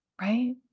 Right